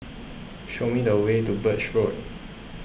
show me the way to Birch Road